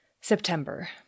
September